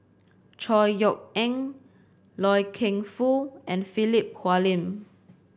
Chor Yeok Eng Loy Keng Foo and Philip Hoalim